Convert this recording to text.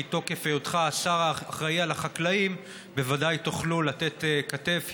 אבל אני חושב שמתוקף היותך השר האחראי לחקלאים בוודאי תוכלו לתת כתף,